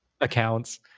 accounts